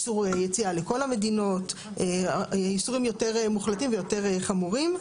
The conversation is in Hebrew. וגם איסורים יותר מוחלטים ויותר חמורים.